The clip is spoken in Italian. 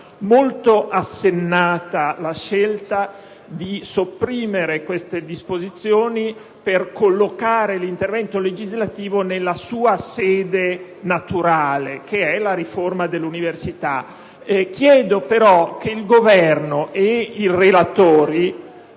molto assennata la scelta di sopprimere queste disposizioni per collocare l'intervento legislativo nella sua sede naturale, che è la riforma dell'università. Chiedo però che il Governo e i relatori